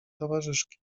towarzyszki